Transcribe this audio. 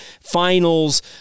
finals